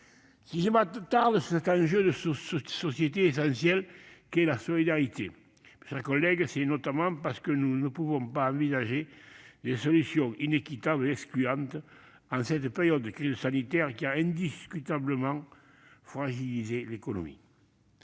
Si je m'attarde sur cet enjeu de société primordial qu'est la solidarité, mes chers collègues, c'est notamment parce que nous ne pouvons pas adopter des solutions inéquitables et qui excluent, dans cette période de crise sanitaire qui a indiscutablement fragilisé l'économie.